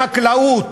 יש לנו את החקלאות